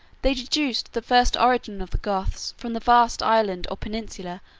they deduced the first origin of the goths from the vast island, or peninsula,